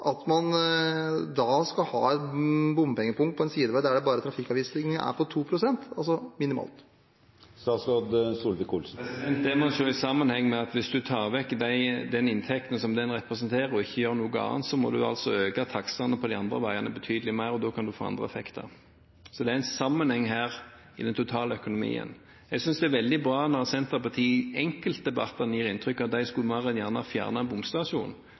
at man skal ha et bompengepunkt på en sidevei der trafikkavvisningen bare er på 2 pst., altså minimal? Det må en se i sammenheng med at hvis en tar vekk inntekten den representerer, og ikke gjør noe annet, må en altså øke takstene på de andre veiene betydelig mer, og da kan en få andre effekter. Så det er en sammenheng her i den totale økonomien. Jeg synes det er veldig bra når Senterpartiet i enkeltdebattene gir inntrykk av at de mer enn gjerne skulle